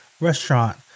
restaurant